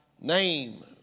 name